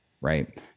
Right